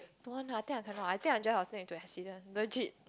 don't want lah I think I cannot I think I drive I will get in to accident legit